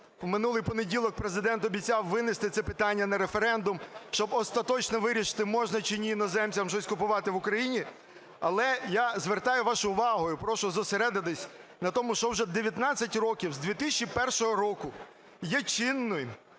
минулий понеділок Президент обіцяв винести це питання на референдум, щоб остаточно вирішити, можна чи ні іноземцям щось купувати в Україні. Але я звертаю вашу увагу і прошу зосередитись на тому, що вже 19 років, з 2001 року, є чинним